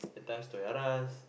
at times Toys-r-us